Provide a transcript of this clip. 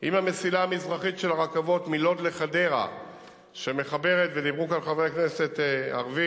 אני מצטרף לברכות, בתוספת ברכה לרופא הכנסת.